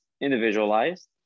individualized